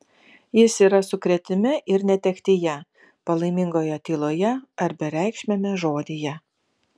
jis yra sukrėtime ir netektyje palaimingoje tyloje ar bereikšmiame žodyje